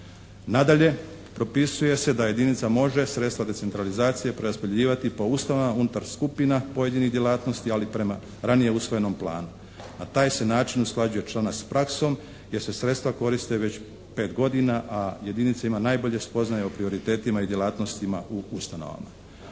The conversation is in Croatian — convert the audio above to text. Nadalje propisuje se da jedinica može sredstva decentralizacije preraspodjeljivati po ustanovama unutar skupina pojedinih djelatnosti ali prema ranije usvojenom planu. Na taj se način usklađuje članak s praksom jer se sredstva koriste već 5 godina a jedinice imaju najbolje spoznaje o prioritetima i djelatnostima u ustanovama.